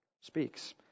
speaks